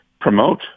promote